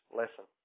lesson